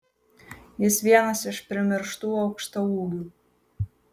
jis vienas iš primirštų aukštaūgių